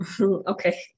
Okay